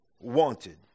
wanted